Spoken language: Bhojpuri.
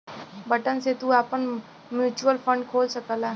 बटन से तू आपन म्युचुअल फ़ंड खोल सकला